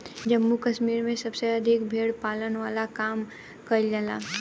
जम्मू कश्मीर में सबसे अधिका भेड़ पालन वाला काम कईल जाला